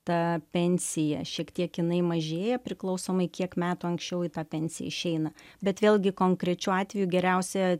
ta pensija šiek tiek jinai mažėja priklausomai kiek metų anksčiau į tą pensiją išeina bet vėlgi konkrečiu atveju geriausia